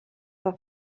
bod